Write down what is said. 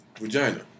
Vagina